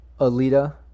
Alita